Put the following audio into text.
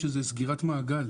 אני חושב שזו סגירת מעגל.